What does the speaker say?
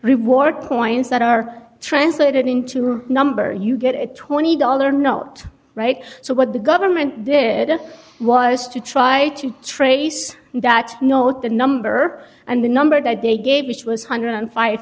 reward points that are translated into a number you get a twenty dollars not right so what the government did was to try to trace that note the number and the number that they gave which was one hundred and five